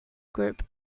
group